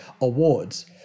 awards